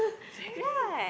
very